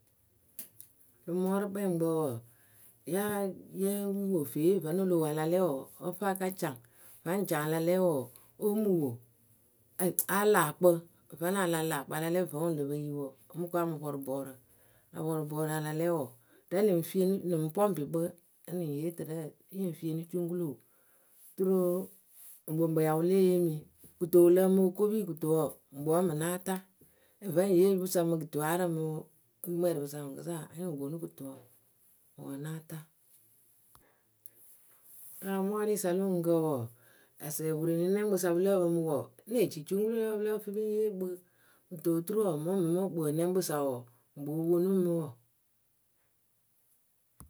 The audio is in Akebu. Rɨ mɔɔrʊkpɛŋkpǝ wɔɔ, yáa yée wo fiiye vǝ́nɨ lo wo a la lɛ wɔɔ ǝ fɨ a ka caŋ vaŋ caŋ a la lɛ wɔɔ óo mɨ wo Ayɨ áa laa kpɨ vǝ́nɨ a la laa kpɨ a la lɛvǝ́ wɨ le peyi wɔɔ óo mɨ ko a mɨ pɔrʊ bɔɔrǝ. A la pɔrʊ bɔɔrǝ a la lɛ wɔɔ rɛ lɨŋ fienɨ lɨŋ pɔŋpɩ kpɨ rɛ nɨŋ yee tɨrɛ yɨŋ fieni cuŋkuluu., ŋkpɨŋkpɨ wɨ ya wɨ lée yeeni kɨto wɨ lǝǝmɨ okopiyǝ kɨto wɔɔ ŋkpɨ wǝ́ ŋmɨ ŋ́ náa taa Vǝ́ ŋ yee yupǝ sa mɨ gɨtɨwaarǝ mɨ yumwɛɛrɩpǝ sa mɨŋkɨsa anyɩŋ wɨ ponu kɨtowɔɔ, ŋ wɨ wǝ́ ŋ́ náa taa Rɨ amɔɔrɩyǝ sa lo oŋuŋkǝ wɔɔ, asɛ wɨpwereninɛŋkpǝ sa pɨ lǝ́ǝ pǝmɨ wɔɔ ŋ́ nee ci cuŋkuluwǝ lǝwǝ pɨ lǝ́ǝ fɨ pɨ ŋ yee kpɨ kɨto oturu wɔɔ ŋmɨŋmɨ mɨ wɨkpǝǝnɛŋkpǝ sa wɔɔ ŋkpɨ wɨ ponu mɨ mɨ wǝ.